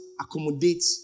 accommodate